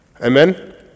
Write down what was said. Amen